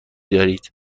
دارید